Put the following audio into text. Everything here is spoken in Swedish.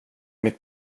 mitt